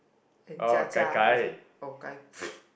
and Jia Jia is it oh gai